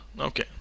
Okay